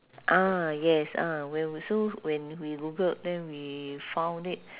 ah yes ah when we so when we googled then we found it